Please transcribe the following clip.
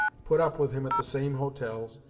put up with him at the same hotels,